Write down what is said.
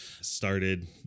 started